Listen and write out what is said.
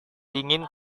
dingin